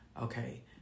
okay